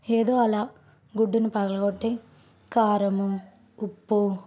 ఏదో అలా గుడ్డుని పగల గొట్టి కారము ఉప్పు